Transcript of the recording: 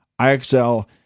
iXL